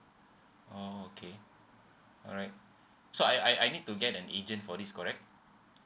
oh okay alright so I I I need to get an agent for this correct